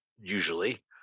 usually